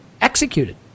executed